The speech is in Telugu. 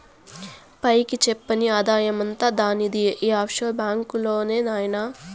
పైకి చెప్పని ఆదాయమంతా దానిది ఈ ఆఫ్షోర్ బాంక్ లోనే నాయినా